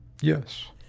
Yes